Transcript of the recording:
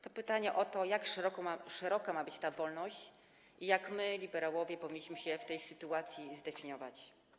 To pytanie o to, jak szeroka ma być ta wolność i jak my, liberałowie, powinniśmy się w tej sytuacji zdefiniować.